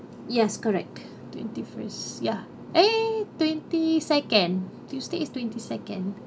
yes correct twenty first ya eh twenty second tuesday is twenty second